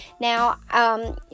now